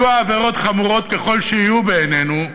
יהיו העבירות חמורות ככל שיהיו בעינינו,